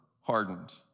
hardened